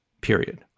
period